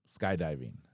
skydiving